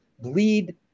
bleed